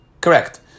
Correct